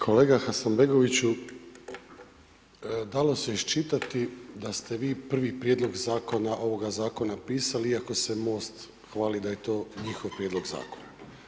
Kolega Hasanbegoviću, dalo se iščitati da ste vi prvi prijedlog zakona ovoga zakona pisali iako se Most hvali a je to njihov prijedlog zakona.